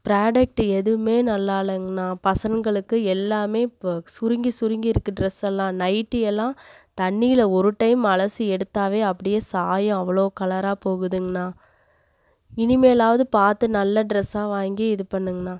product எதுவுமே நல்லா இல்லைங்ண்ணா பசங்களுக்கு எல்லாமே இப்போ சுருங்கி சுருங்கி இருக்குது ட்ரெஸ்ஸெல்லாம் நைட்டி எல்லாம் தண்ணியில் ஒரு டைம் அலசி எடுத்தாவே அப்படியே சாயம் அவ்வளோ கலராக போகுதுங்கண்ணா இனிமேலாவது பார்த்து நல்ல ட்ரெஸ்ஸாக வாங்கி இது பண்ணுங்கண்ணா